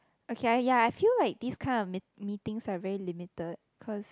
okay ya I feel like this kind of meet meetings are very limited cause